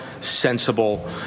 sensible